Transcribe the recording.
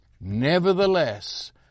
Nevertheless